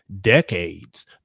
decades